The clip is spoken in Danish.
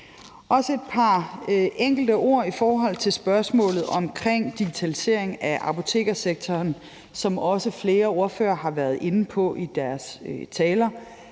med et par enkelte ord i forhold til spørgsmålet omkring digitalisering af apotekersektoren, som flere ordførere også har været inde på i deres taler.